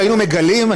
והיינו מגלים,